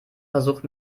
versucht